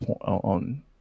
on